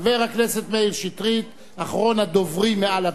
חבר הכנסת מאיר שטרית, אחרון הדוברים מעל הדוכן,